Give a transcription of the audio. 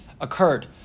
occurred